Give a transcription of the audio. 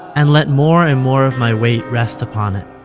and let more and more of my weight rest upon it.